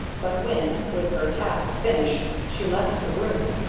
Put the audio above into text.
but when, with her task finished, she left the room,